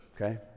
okay